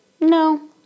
no